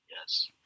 Yes